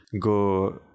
go